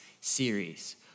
series